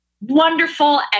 wonderful